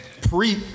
Pre